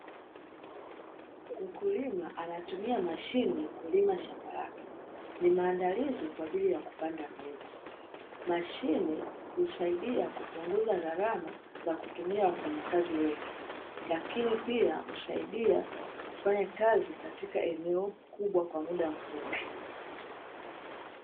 Mkulima anatumia mashine kulima shamba lake. Ni maandalizi kwaajili ya kupanda mbegu, mashine husaidia kupunguza gharama za kutumia wafanyakazi wengi, lakini pia husaidia kufanya kazi katika eneo kubwa kwa muda mfupi.